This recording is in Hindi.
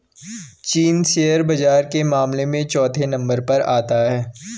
चीन शेयर बाजार के मामले में चौथे नम्बर पर आता है